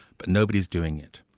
but nobody's doing it.